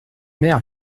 mer